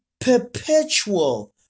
perpetual